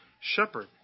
Shepherd